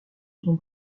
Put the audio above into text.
son